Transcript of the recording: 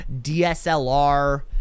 DSLR